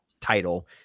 title